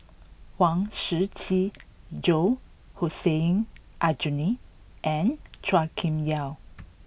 Huang Shiqi Joan Hussein Aljunied and Chua Kim Yeow